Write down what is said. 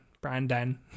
Brandon